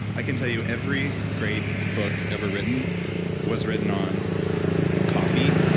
i can tell you every great book ever written was written on coffee,